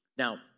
Now